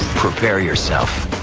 prepare yourself,